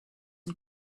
and